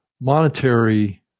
monetary